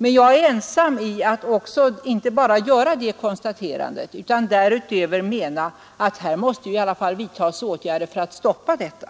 Men jag är ensam om att inte bara göra det konstaterandet utan därutöver mena att det måste vidtas åtgärder för att stoppa detta.